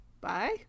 Bye